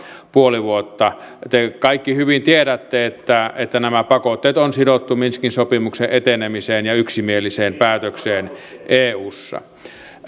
puoli vuotta te kaikki hyvin tiedätte että että nämä pakotteet on sidottu minskin sopimuksen etenemiseen ja yksimieliseen päätökseen eussa